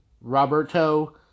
Roberto